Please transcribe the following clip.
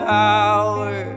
power